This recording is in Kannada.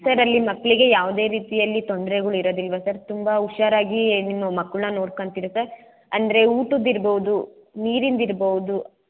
ಸರ್ ಅಲ್ಲಿ ಮಕ್ಕಳಿಗೆ ಯಾವುದೇ ರೀತಿಯಲ್ಲಿ ತೊಂದ್ರೆಗಳು ಇರೋದಿಲ್ವಾ ಸರ್ ತುಂಬ ಹುಷಾರಾಗೀ ನಿಮ್ಮ ಮಕ್ಳನ್ನು ನೋಡ್ಕಂತೀರಾ ಸರ್ ಅಂದರೆ ಊಟದ್ದು ಇರ್ಬೌದು ನೀರಿಂದು ಇರ್ಬೌದು